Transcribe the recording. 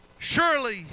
Surely